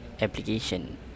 application